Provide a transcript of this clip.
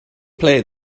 play